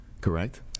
correct